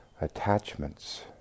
attachments